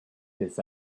this